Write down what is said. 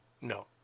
No